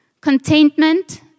Contentment